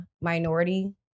minority